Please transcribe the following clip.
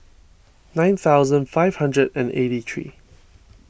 nine thousand five hundred and eighty three